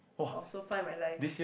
or so far in my life